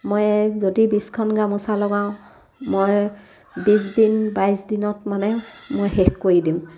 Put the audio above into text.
মই যদি বিছখন গামোচা লগাওঁ মই বিছ দিন বাইছ দিনত মানে মই শেষ কৰি দিওঁ